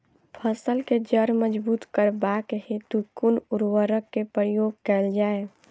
फसल केँ जड़ मजबूत करबाक हेतु कुन उर्वरक केँ प्रयोग कैल जाय?